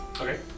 Okay